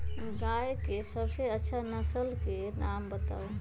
गाय के सबसे अच्छा नसल के नाम बताऊ?